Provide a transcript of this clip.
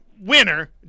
Winner